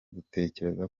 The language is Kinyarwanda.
dutekereza